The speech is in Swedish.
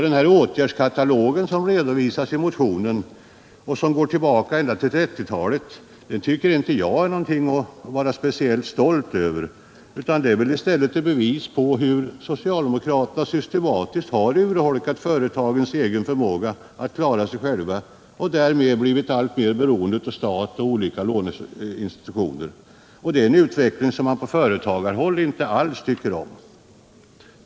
Den åtgärdskatalog som redovisas i den socialdemokratiska motionen och som går tillbaka ända till 1930 talet tycker jag alltså inte är något att vara speciellt stolt över. Det är i stället ett bevis på hur socialdemokraterna systematiskt urholkat företagens egen förmåga att klara sig själva, varigenom de blivit alltmer beroende av staten och olika låneinstitutioner. Det är en utveckling som man från företagarhåll inte alls tycker om.